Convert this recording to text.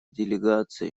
делегация